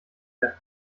der